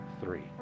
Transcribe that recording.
three